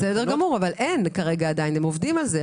בסדר גמור, אבל עדיין אין כרגע, הם עובדים על זה.